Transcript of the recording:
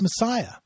Messiah